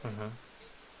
mmhmm